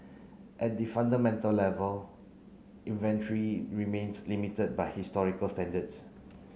at the fundamental level inventory remains limited by historical standards